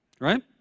Right